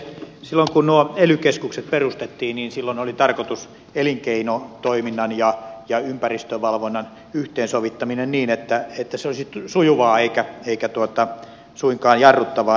silloin kun nuo ely keskukset perustettiin niin oli tarkoitus elinkeinotoiminnan ja ympäristövalvonnan yhteensovittaminen niin että se olisi sujuvaa eikä suinkaan jarruttavaa elinkeinotoiminnan kannalta